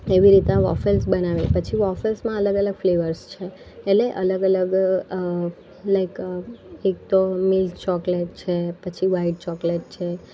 એવી રીતના વોફેલ્સ બનાવે પછી વોફેલ્સમાં અલગ અલગ ફ્લેવર્સ છે એટલે અલગ અલગ લાઈક એકતો મેઝ ચોકલેટ છે પછી વાઇટ ચોકલેટ છે